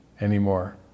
anymore